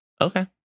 Okay